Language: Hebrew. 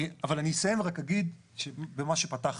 אני אסיים ואגיד במה שפתחתי.